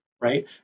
right